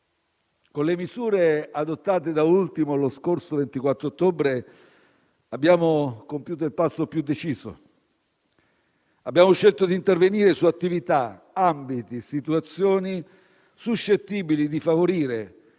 Con le misure adottate da ultimo lo scorso 24 ottobre abbiamo compiuto il passo più deciso; abbiamo scelto di intervenire su attività, ambiti e situazioni suscettibili di favorire